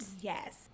Yes